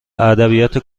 ادبیات